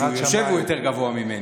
כשהוא יושב הוא יותר גבוה ממני.